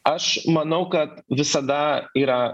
aš manau kad visada yra